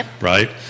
right